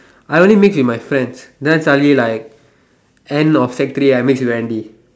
I only mix with my friends then suddenly like end of sec three I mix with Andy